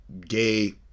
gay